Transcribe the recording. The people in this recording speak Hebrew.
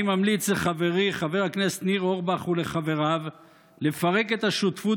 אני ממליץ לחברי חבר הכנסת ניר אורבך ולחבריו לפרק את השותפות